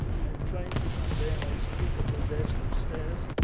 i am trying to convey and i speak at the desk upstairs.